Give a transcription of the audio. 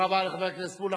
תודה רבה לחבר הכנסת מולה.